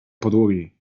podłogi